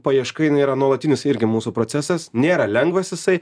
paieška jinai yra nuolatinis irgi mūsų procesas nėra lengvas jisai